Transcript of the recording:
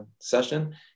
session